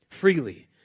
freely